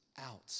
out